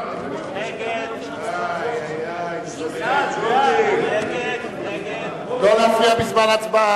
ההצעה להסיר מסדר-היום את הצעת חוק לתיקון פקודת